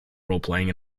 roleplaying